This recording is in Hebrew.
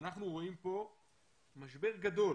ואנחנו רואים פה משבר גדול